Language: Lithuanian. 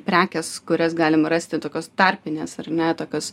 prekės kurias galim rasti tokios tarpinės ar ne tokios